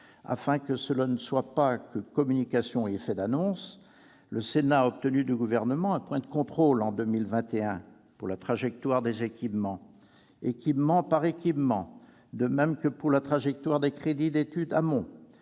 afin que cela ne soit pas que communication et effet d'annonce. Le Sénat a obtenu du Gouvernement un point de contrôle en 2021 sur la question de la trajectoire des équipements, équipement par équipement, de même que pour la trajectoire des crédits d'études amont.